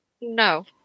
No